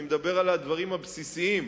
אני מדבר על הדברים הבסיסיים,